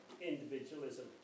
individualism